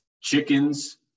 chickens